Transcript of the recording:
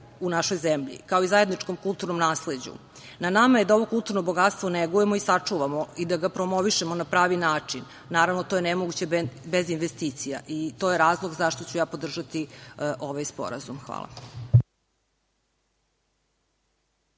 u našoj zemlji, ako i zajedničkom kulturnom nasleđu. Na nama je da ovo kulturno bogatstvo negujemo i sačuvamo i da ga promovišemo na pravi način. Naravno to je nemoguće bez investicija i to je razlog zašto ću ja podržati ovaj sporazum. Hvala.